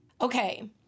Okay